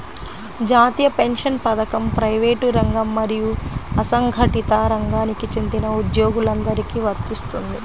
జాతీయ పెన్షన్ పథకం ప్రైవేటు రంగం మరియు అసంఘటిత రంగానికి చెందిన ఉద్యోగులందరికీ వర్తిస్తుంది